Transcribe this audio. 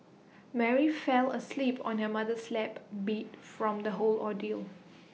Mary fell asleep on her mother's lap beat from the whole ordeal